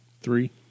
Three